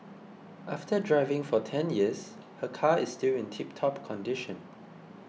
after driving for ten years her car is still in tiptop condition